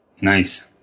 Nice